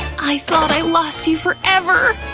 i thought i lost you forever!